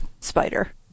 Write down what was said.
spider